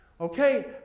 Okay